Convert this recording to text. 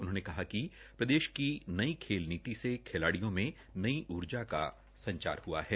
उन्होंने कहा कि प्रदेश की नई नीति से खिलाडियों में नई ऊर्जा का संचार हआ है